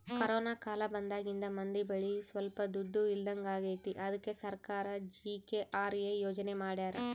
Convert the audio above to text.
corona ಕಾಲ ಬಂದಾಗಿಂದ ಮಂದಿ ಬಳಿ ಸೊಲ್ಪ ದುಡ್ಡು ಇಲ್ದಂಗಾಗೈತಿ ಅದ್ಕೆ ಸರ್ಕಾರ ಜಿ.ಕೆ.ಆರ್.ಎ ಯೋಜನೆ ಮಾಡಾರ